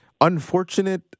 unfortunate